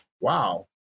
wow